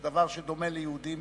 כדבר שדומה ליהודים.